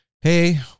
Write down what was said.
Hey